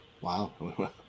Wow